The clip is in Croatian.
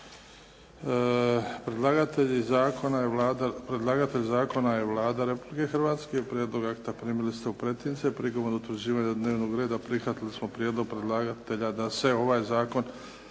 Predlagatelj zakona je Vlada Republike Hrvatske. Prijedlog akta primili ste u pretince. Prilikom utvrđivanja dnevnog reda prihvatili smo prijedlog predlagatelja da se ovaj zakonski